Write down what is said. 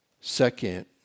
Second